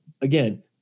again